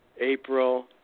April